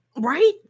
Right